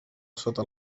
sota